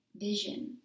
vision